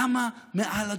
למה מעל הדוכן?